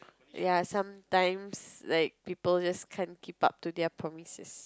ya sometimes like people just can't keep up to their promises